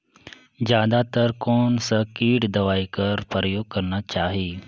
जादा तर कोन स किट दवाई कर प्रयोग करना चाही?